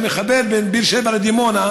המחבר בין באר שבע לדימונה,